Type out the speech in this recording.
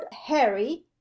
harry